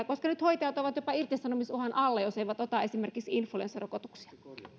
koska nyt hoitajat ovat jopa irtisanomisuhan alla jos eivät ota esimerkiksi influenssarokotuksia